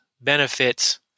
Benefits